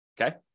okay